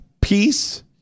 peace